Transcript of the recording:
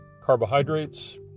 carbohydrates